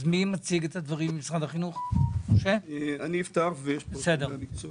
מי מציג את הדברים מטעם משרד החינוך אני אפתח ואחר כך אנשי המקצוע